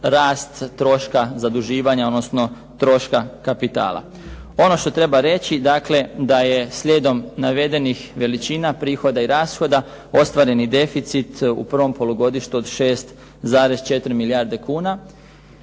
rast troška zaduživanja, odnosno troška kapitala. Ono što treba reći, dakle da je slijedom navedenih veličina prihoda i rashoda ostvareni deficit u prvom polugodištu od 6,4 milijarde kuna.